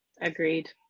agreed